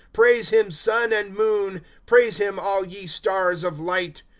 praise him, sun and moon praise him, all ye stars of light,